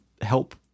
help